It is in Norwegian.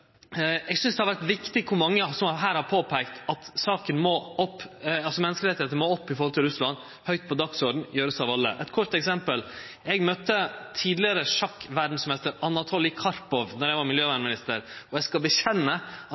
eg synest det er viktig at mange her har påpeikt at saka om menneskerettar i Russland må høgt opp på dagsordenen. Det må gjerast av alle. Eit eksempel, kort: Eg møtte tidlegare sjakkverdsmeister, Anatolij Karpov, då eg var miljøvernminister. Eg skal vedgå at